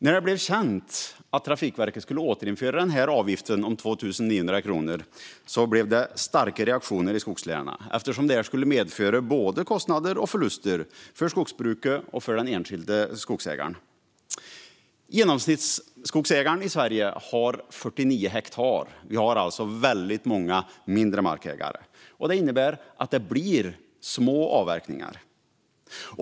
När det blev känt att Trafikverket skulle återinföra denna avgift om 2 900 kronor blev det starka reaktioner i skogslänen, eftersom detta skulle medföra både kostnader och förluster för skogsbruket och för den enskilde skogsägaren. Genomsnittsskogsägaren i Sverige har 49 hektar. Vi har alltså väldigt många mindre markägare, vilket innebär att det blir små avverkningar.